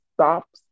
stops